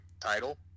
Title